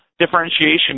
differentiation